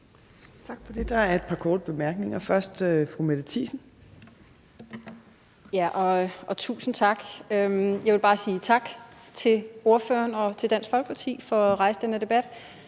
Tak for det. Der er et par korte bemærkninger. Først er det fru Mette Thiesen. Kl. 11:19 Mette Thiesen (NB): Tusind tak. Jeg vil bare sige tak til ordføreren og til Dansk Folkeparti for at rejse den her debat.